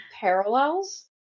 parallels